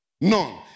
None